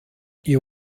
you